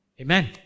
Amen